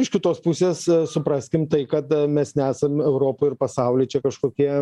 iš kitos pusės supraskim tai kad mes nesam europoj ir pasauly čia kažkokie